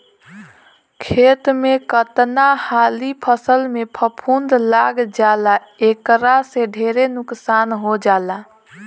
खेत में कतना हाली फसल में फफूंद लाग जाला एकरा से ढेरे नुकसान हो जाला